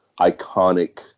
iconic